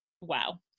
wow